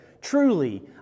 Truly